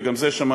וגם זה שמעתי,